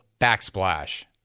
backsplash